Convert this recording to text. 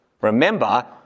Remember